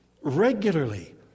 regularly